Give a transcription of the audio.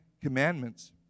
Commandments